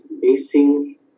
basing